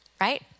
right